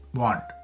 want